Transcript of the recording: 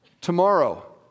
tomorrow